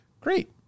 great